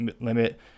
limit